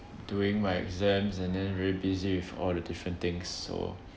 doing my exams and then very busy with all the different things so